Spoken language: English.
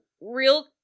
real